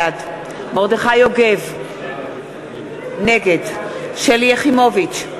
בעד מרדכי יוגב, נגד שלי יחימוביץ,